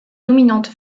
dominante